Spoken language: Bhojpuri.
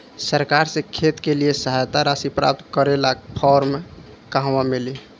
सरकार से खेत के लिए सहायता राशि प्राप्त करे ला फार्म कहवा मिली?